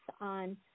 on